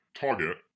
target